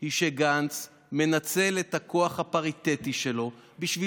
היא שגנץ מנצל את הכוח הפריטטי שלו בשביל